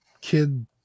kid